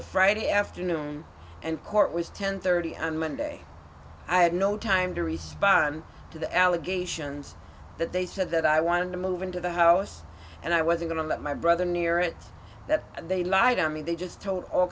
of friday afternoon and court was ten thirty on monday i had no time to respond to the allegations that they said that i wanted to move into the house and i was going to let my brother near it that they lied on me they just told all